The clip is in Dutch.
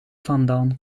vandaan